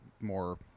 more